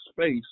space